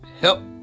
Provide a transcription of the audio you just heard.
help